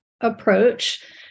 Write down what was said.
approach